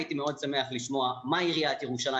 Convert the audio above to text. הייתי מאוד שמח לשמוע מה עיריית ירושלים